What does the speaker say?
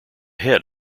head